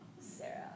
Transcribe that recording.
Sarah